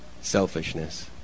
selfishness